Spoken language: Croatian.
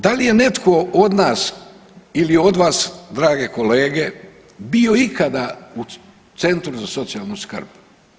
Da li je netko od nas ili od vas drage kolege bio ikada u Centru za socijalnu skrb?